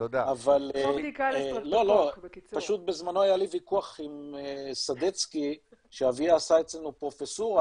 פשוט בזמנו היה לי ויכוח עם סדצקי שאביה עשה אצלנו פרופסורה,